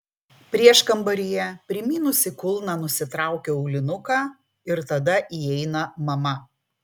prieškambaryje primynusi kulną nusitraukiu aulinuką ir tada įeina mama